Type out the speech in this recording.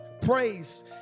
praise